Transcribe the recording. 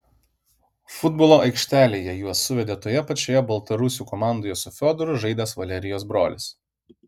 futbolo aikštelėje juos suvedė toje pačioje baltarusių komandoje su fiodoru žaidęs valerijos brolis